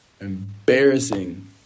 embarrassing